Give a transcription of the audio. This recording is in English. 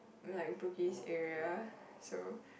like Bugis area so